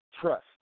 Trust